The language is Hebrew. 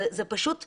זה פשוט הזיה.